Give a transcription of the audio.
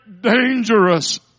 dangerous